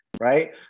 Right